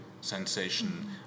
sensation